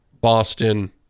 Boston